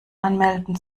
anmelden